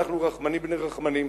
אנחנו רחמנים בני רחמנים,